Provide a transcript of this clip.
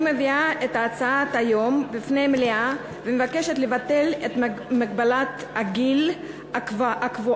אני מביאה את ההצעה היום בפני המליאה ומבקשת לבטל את מגבלת הגיל הקבועה